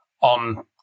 on